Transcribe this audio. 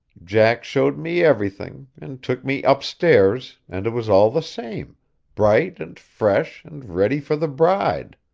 jack showed me everything, and took me upstairs, and it was all the same bright and fresh and ready for the bride.